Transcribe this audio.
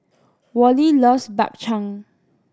Wally loves Bak Chang